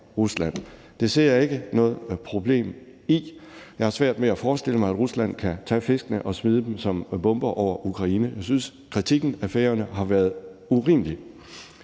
Det ser jeg ikke noget problem i. Jeg har svært ved at forestille mig, at Rusland kan tage fiskene og smide dem som bomber over Ukraine. Jeg synes, kritikken af Færøerne har været urimelig.